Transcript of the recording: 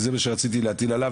זה מה שרציתי להטיל עליו